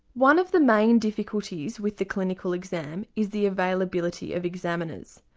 one of the main difficulties with the clinical exam is the availability of examiners.